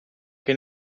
che